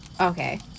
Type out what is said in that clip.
Okay